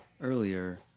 earlier